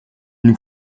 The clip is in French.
nous